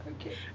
okay